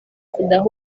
kudaha